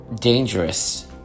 dangerous